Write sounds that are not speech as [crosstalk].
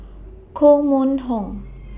Koh Mun Hong [noise]